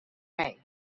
may